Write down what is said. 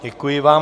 Děkuji vám.